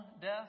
death